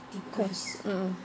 course mm mm